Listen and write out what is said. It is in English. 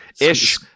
Ish